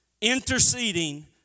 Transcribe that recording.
interceding